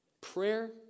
Prayer